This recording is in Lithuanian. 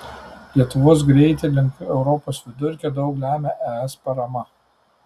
lietuvos greitį link europos vidurkio daug lemia es parama